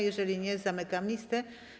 Jeżeli nie, zamykam listę.